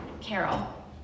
Carol